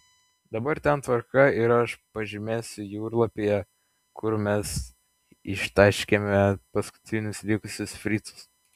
dabar ten tvarka ir aš pažymėsiu jūrlapyje kur mes ištaškėme paskutinius likusius fricus